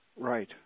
Right